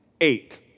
eight